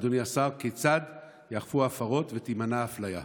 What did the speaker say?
אדוני השר: כיצד ייאכפו ההפרות ותימנע האפליה?